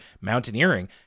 mountaineering